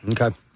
Okay